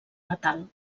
natal